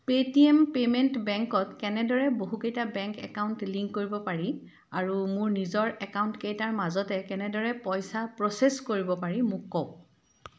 Paytm payment বেংকত কেনেদৰে বহুকেইটা বেংক একাউণ্ট লিংক কৰিব পাৰি আৰু মোৰ নিজৰ একাউণ্টকেইটাৰ মাজতে কেনেদৰে পইচা প্ৰ'চেছ কৰিব পাৰি মোক কওক